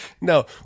No